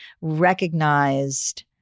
recognized